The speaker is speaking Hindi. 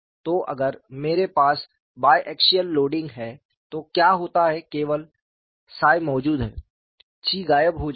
तो अगर मेरे पास बाय एक्सियल लोडिंग है तो क्या होता है केवल 𝜳 मौजूद है 𝛘 गायब हो जाता है